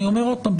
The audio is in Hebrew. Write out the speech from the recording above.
אני אומר עוד פעם,